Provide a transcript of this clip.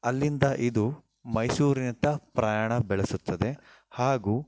ಅಲ್ಲಿಂದ ಇದು ಮೈಸೂರಿನತ್ತ ಪ್ರಯಾಣ ಬೆಳೆಸುತ್ತದೆ ಹಾಗೂ